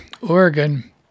Oregon